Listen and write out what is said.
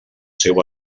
seu